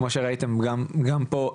כמו שראיתם גם פה,